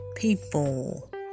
People